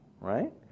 right